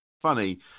funny